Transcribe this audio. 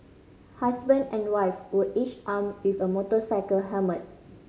husband and wife were each armed with a motorcycle helmet